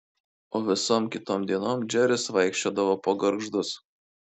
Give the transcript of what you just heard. o visom kitom dienom džeris vaikščiodavo po gargždus